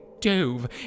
dove